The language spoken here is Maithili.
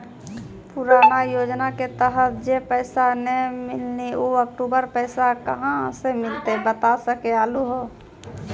पुराना योजना के तहत जे पैसा नै मिलनी ऊ अक्टूबर पैसा कहां से मिलते बता सके आलू हो?